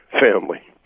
family